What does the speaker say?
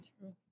True